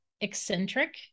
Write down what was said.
eccentric